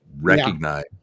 recognize